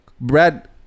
Brad